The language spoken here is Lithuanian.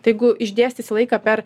tai jeigu išdėstysi laiką per